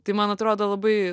tai man atrodo labai